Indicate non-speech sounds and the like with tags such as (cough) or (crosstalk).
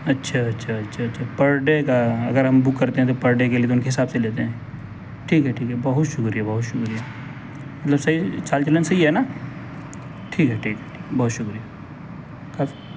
اچھا اچھا اچھا اچھا پر ڈے کا اگر ہم بک کرتے ہیں تو پر ڈے کے لیے تو ان کے حساب سے لیتے ہیں ٹھیک ہے ٹھیک ہے بہت شکریہ بہت شکریہ مطلب صحیح چال چلن صحیح ہے نا ٹھیک ہے ٹھیک ہے بہت شکریہ (unintelligible)